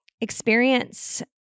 experience